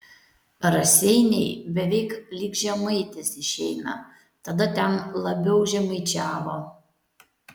raseiniai beveik lyg žemaitis išeina tada ten labiau žemaičiavo